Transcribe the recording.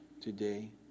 today